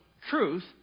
truth